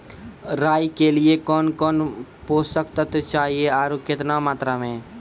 राई के लिए कौन कौन पोसक तत्व चाहिए आरु केतना मात्रा मे?